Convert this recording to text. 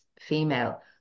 female